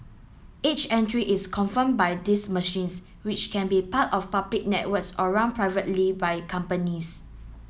each entry is confirmed by these machines which can be part of public networks or run privately by companies